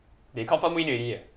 they confirm win already ah